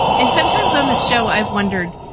and sometimes on the show, i've wondered,